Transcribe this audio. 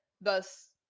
thus